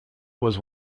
was